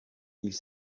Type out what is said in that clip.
ils